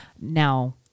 Now